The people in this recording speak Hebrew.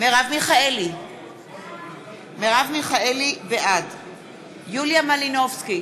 לפני כמה חודשים, יושב-ראש ועדת הפנים,